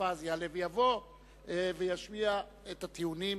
יבוא וישמיע את הטיעונים.